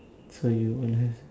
so you won't have